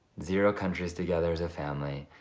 zero countries together as a family.